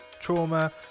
trauma